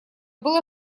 было